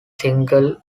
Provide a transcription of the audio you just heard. single